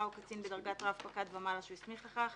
או קצין בדרגת רב פקד ומעלה שהוא הסמיך לכך.